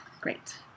great